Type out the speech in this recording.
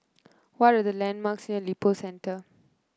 what are the landmarks near Lippo Center